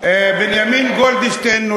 יעלה ראשון הדוברים,